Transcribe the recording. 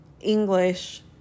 english